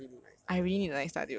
ya I really need night study also